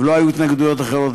ולא היו התנגדויות אחרות.